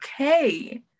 okay